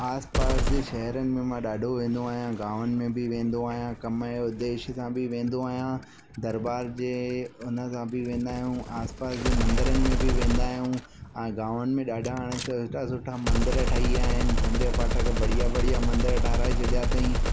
आस पास जे शहरनि में मां ॾाढो वेंदो आहियां गांवनि में बि वेंदो आहियां कम जे उद्देश्य सां बि वेंदो आहियां दरबार जे उनसां बि वेंदा आहियूं आस पास जे मंदिरनि में बि वेंदा आहियूं ऐं गांवनि में ॾाढा हाणे स सुठा सुठा मंदिर ठही वियां आहिनि संजय पाठक बढ़िया बढ़िया मंदिर ठहाराइ छॾिया अथई